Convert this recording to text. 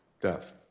death